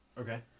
Okay